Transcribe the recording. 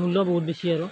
মূল্য বহুত বেছি আৰু